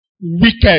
wicked